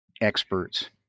experts